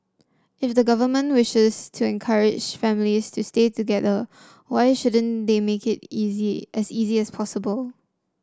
if the government wishes to encourage families to stay together why shouldn't they make it easy as easy as possible